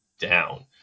down